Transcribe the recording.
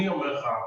אני אומר לך,